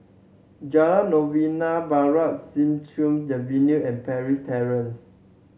Jalan Novena Barat Siak Chew the Venue and Parry Terrace